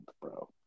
bro